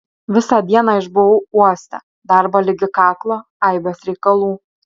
visą dieną išbuvau uoste darbo ligi kaklo aibės reikalų